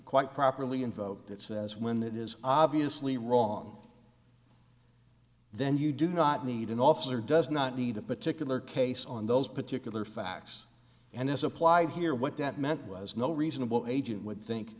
quite properly invoked it says when it is obviously wrong then you do not need an officer does not need a particular case on those particular facts and as applied here what that meant was no reasonable agent would think